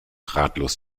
ratlos